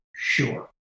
Sure